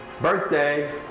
Birthday